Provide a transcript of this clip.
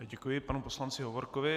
Děkuji panu poslanci Hovorkovi.